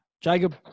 Jacob